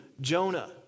Jonah